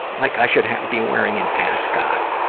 like i should ha, be wearing an ascot.